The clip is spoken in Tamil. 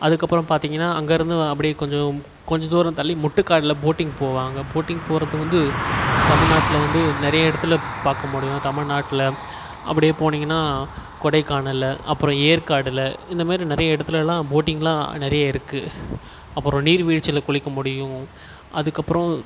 அதுக்கப்புறம் பார்த்திங்கனா அங்கே இருந்து அப்படியே கொஞ்சம் கொஞ்சம் தூரம் தள்ளி முட்டுக்காடுல போட்டிங் போவாங்க போட்டிங் போகிறது வந்து தமிழ்நாட்ல வந்து நிறைய இடத்தில் பார்க்க முடியும் தமிழ்நாட்ல அப்படியே போனீங்கனா கொடைக்கானலில் அப்புறம் ஏற்காட்டுல இந்தமாதிரி நிறைய இடத்துலலாம் போட்டிங்குலாம் நிறைய இருக்குது அப்புறம் நீர்வீழ்ச்சியில் குளிக்க முடியும் அதுக்கப்புறம்